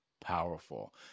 powerful